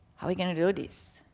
how we going to do this?